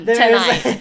tonight